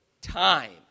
time